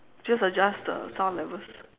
just adjust the sound levels